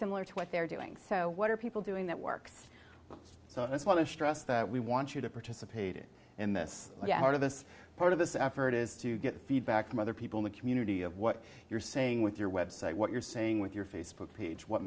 similar to what they're doing so what are people doing that works so that's why this trust we want you to participate in this part of this part of this effort is to get feedback from other people in the community of what you're saying with your website what you're saying with your facebook page what